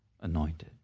anointed